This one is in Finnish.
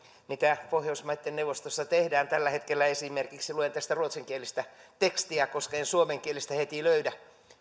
mitä pohjoismaiden neuvostossa tehdään tällä hetkellä esimerkiksi luen tästä ruotsinkielistä tekstiä koska en suomenkielistä heti löydä